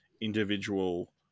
individual